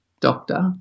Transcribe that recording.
doctor